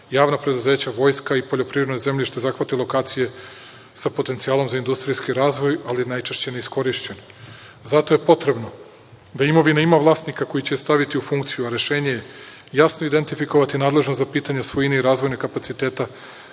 Javna preduzeća vojska i poljoprivredno je zemljište zahvatilo je lokacije sa potencijalom za industrijski razvoj, ali najčešće neiskorišćeno. Zato je potrebno da imovina ima vlasnika koji će je staviti u funkciju, a rešenje je jasno identifikovati nadležnog za pitanje svojine i razvojnih kapaciteta